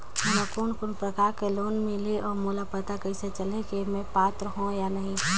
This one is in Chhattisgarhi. मोला कोन कोन प्रकार के लोन मिल सकही और मोला पता कइसे चलही की मैं पात्र हों या नहीं?